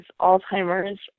alzheimer's